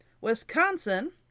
Wisconsin